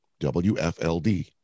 WFLD